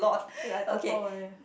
say like Toto only